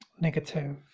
negative